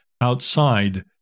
outside